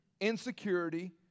insecurity